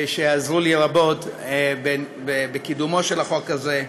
שעזרו לי רבות בקידומו של החוק הזה,